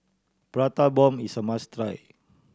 Prata Bomb is a must try